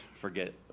forget